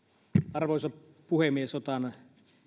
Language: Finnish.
arvoisa puhemies otan tästä